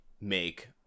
make